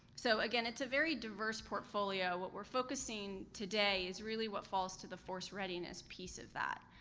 so again, it's a very diverse portfolio. what we're focusing today, is really what falls to the force readiness piece of that.